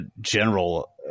general